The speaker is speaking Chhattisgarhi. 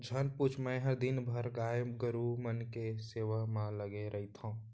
झन पूछ मैंहर दिन भर गाय गरू मन के सेवा म लगे रइथँव